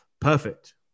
perfect